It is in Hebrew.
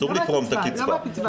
אסור לפרום את הקצבה.